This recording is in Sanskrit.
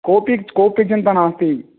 कोऽपि कोऽपि चिन्ता नास्ति